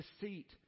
deceit